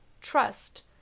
trust